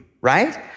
right